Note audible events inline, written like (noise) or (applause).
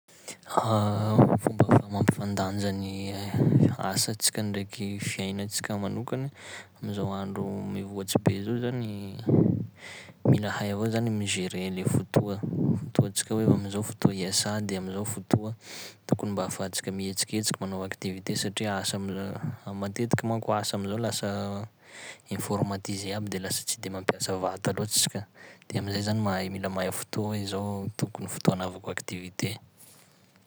(hesitation) Fomba famampifandaja ny (hesitation) (noise) asantsika ndraiky fianantsika manokana (noise) am'zao andro mivoatsy be zao zany: (noise) mila hay avao zany mi-gérer le fotoa, fotoantsika hoe amizao fotoa iasa, de amizao fotoa (noise) tokony mba afahantsika mihetsiketsiky manao activité satria asa (hesitation) a- matetiky manko asa amizao lasa (noise) informatisé aby de lasa tsy de mampiasa vata loatsy isika, de am'zay zany mahay- mila mahay fotoa hoe zao tokony fotoa anavako activité.